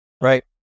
Right